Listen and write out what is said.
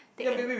take a look